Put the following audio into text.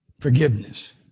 Forgiveness